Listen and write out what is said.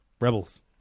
Rebels